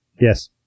Yes